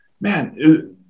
man